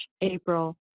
April